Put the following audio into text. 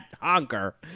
honker